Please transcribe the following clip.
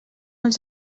els